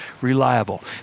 reliable